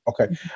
Okay